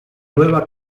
nueva